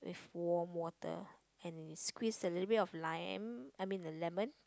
warm water and you squeeze a little bit of lime I mean the lemon